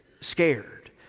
scared